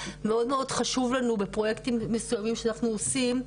מאוד חשוב לנו בפרויקטים מסוימים שאנחנו עושים,